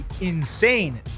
insane